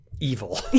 evil